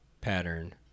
pattern